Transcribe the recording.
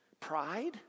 Pride